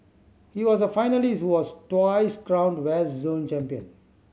he was a finalist was twice crowned West Zone champion